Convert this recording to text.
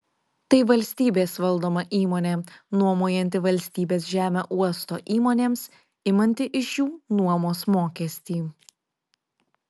tai valstybės valdoma įmonė nuomojanti valstybės žemę uosto įmonėms imanti iš jų nuomos mokestį